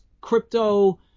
crypto